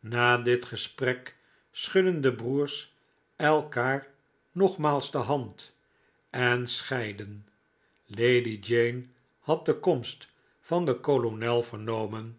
na dit gesprek schudden de broers elkaar nogmaals de hand en scheidden lady jane had de komst van den kolonel vernomen